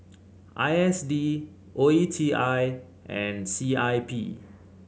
I S D O E T I and C I P